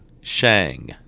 Shang